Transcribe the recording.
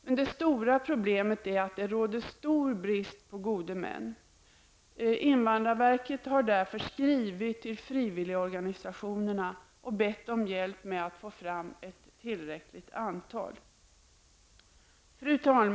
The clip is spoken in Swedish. Det stora problemet är att det råder stor brist på gode män. Invandrarverket har därför skrivit till frivilligorganisationerna och bett om hjälp med att få fram ett tillräckligt antal gode män. Fru talman! Med detta yrkar jag bifall till utskottets hemställan i betänkande 14 och avslag på samtliga reservationer till vilka bifall har yrkats.